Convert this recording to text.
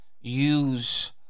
use